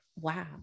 wow